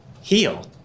heal